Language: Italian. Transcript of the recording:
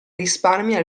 risparmia